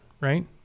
right